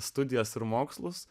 studijas ir mokslus